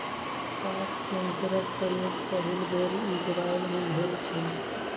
पात सेंसरक प्रयोग पहिल बेर इजरायल मे भेल छल